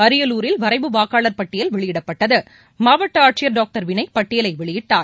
அரியலூரில் வரைவு வாக்காளர் பட்டியல் வெளியிடப்பட்டது மாவட்ட ஆட்சியர் டாக்டர் வினய் பட்டியலை வெளியிட்டார்